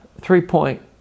three-point